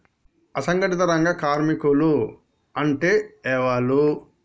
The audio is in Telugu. అసంఘటిత రంగ కార్మికులు అంటే ఎవలూ?